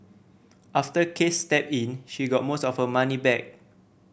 after case stepped in she got most of her money back